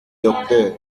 docteur